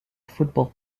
football